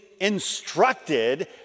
instructed